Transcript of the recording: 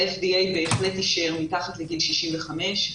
ה-FDA בהחלט אישר מתחת לגיל 65,